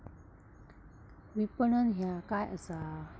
विपणन ह्या काय असा?